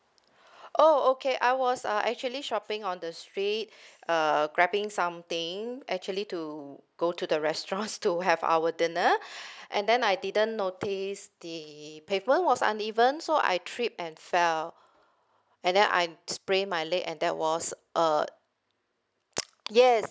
oh okay I was uh actually shopping on the street uh grabbing something actually to go to the restaurants to have our dinner and then I didn't notice the pavement was uneven so I tripped and fell and then I sprained my leg and there was uh yes